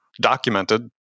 documented